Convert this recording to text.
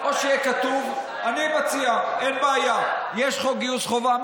אני מציע, אין בעיה, יש חוק גיוס חובה.